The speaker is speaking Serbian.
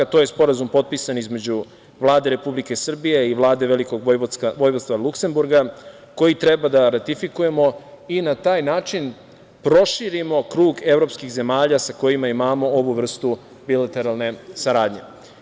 To je Sporazum potpisan između Vlade Republike Srbije i Vlade Velikog Vojvodstva Luksemburga, koji treba da ratifikujemo i na taj način proširimo krug evropskih zemalja sa kojima imamo ovu vrstu bilateralne saradnje.